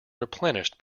replenished